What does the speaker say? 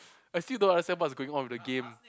I still don't understand what's going on with the game